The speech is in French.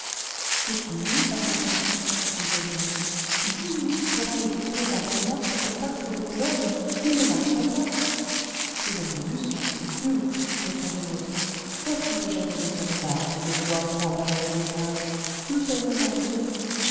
c'est inouï barnabette disait l'une dix minutes pour aller du boulevard montmartre au parc de boulogne nous ne marchons pas ces omnibus sont ridicules répondait l'autre vois-tu que j'avais raison barbe de vouloir prendre un aérocab nous serions arrivées